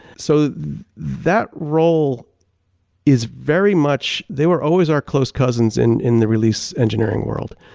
so that role is very much they were always our close cousins in in the release engineering world.